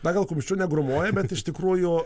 na gal kumščiu negrūmoja bet iš tikrųjų